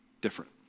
different